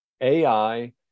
AI